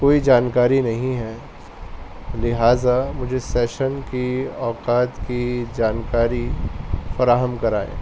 کوئی جانکاری نہیں ہے لہٰذا مجھے سیشن کی اوقات کی جانکاری فراہم کرائیں